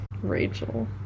Rachel